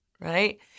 right